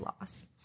loss